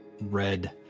red